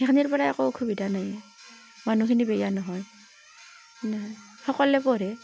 সেইখিনিৰ পাৰা একো অসুবিধা নাই মানুহখিনি বেয়া নহয় এনেহান সকলোৱে পঢ়ে